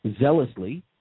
zealously